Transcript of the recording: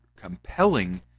compelling